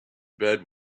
bed